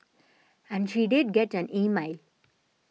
and she did get an email